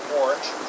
orange